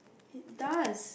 it does